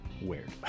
weird